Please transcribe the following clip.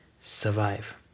Survive